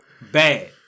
Bad